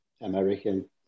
American